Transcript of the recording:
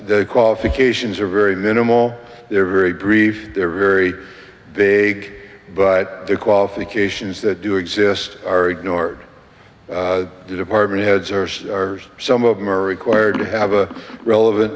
the qualifications are very minimal they're very brief they're very big but the qualifications that do exist are ignored the department heads are stars some of them are required to have a relevant